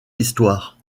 histoire